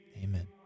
Amen